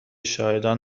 شاهدان